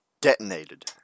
detonated